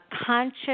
conscious